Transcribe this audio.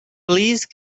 please